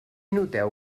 noteu